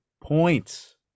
points